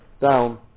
down